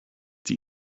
die